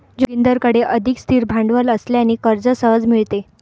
जोगिंदरकडे अधिक स्थिर भांडवल असल्याने कर्ज सहज मिळते